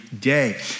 day